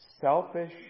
selfish